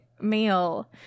meal